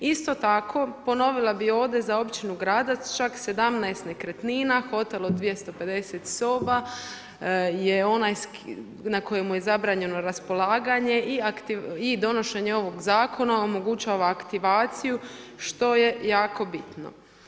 Isto tako, ponovila bi ovdje za općinu Gradac, čak 17 nekretnina, hotel od 250 soba, je onaj na kojem je zabranjeno raspolaganje i donošenje ovog zakona, omogućava aktivaciju što je jako bitno.